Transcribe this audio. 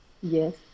Yes